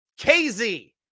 KZ